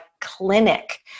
clinic